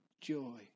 joy